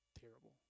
terrible